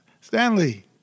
Stanley